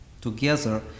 Together